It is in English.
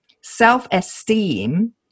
self-esteem